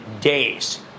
days